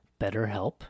BetterHelp